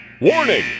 Warning